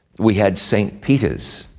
we had st. peter's.